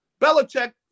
Belichick